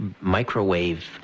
microwave